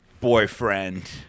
boyfriend